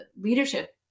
leadership